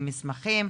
עם מסמכים,